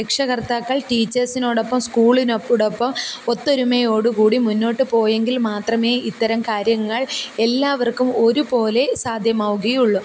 രക്ഷകർത്താക്കൾ ടീച്ചേഴ്സിനോടൊപ്പം സ്കൂളിനോടൊപ്പം ഒത്തൊരുമയോടു കൂടി മുന്നോട്ട് പോയെങ്കിൽ മാത്രമേ ഇത്തരം കാര്യങ്ങൾ എല്ലാവർക്കും ഒരുപോലെ സാധ്യമാവുകയുള്ളു